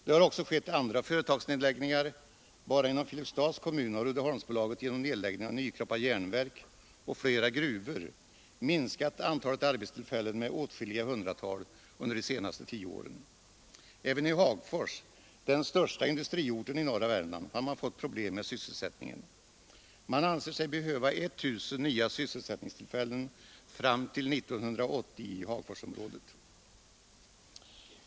Det har också skett andra företagsnedläggningar — bara inom Filipstads kommun har Uddeholmsbolaget genom nedläggning av Nykroppa järnverk och flera gruvor minskat antalet arbetstillfällen med åtskilliga hundratal under de senaste tio åren. Även i Hagfors, den största industriorten i norra Värmland, har man fått problem med sysselsättningen. Man anser sig behöva 19000 nya sysselsättningstillfällen i Hagforsområdet fram till år 1980.